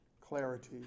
clarity